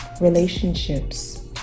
relationships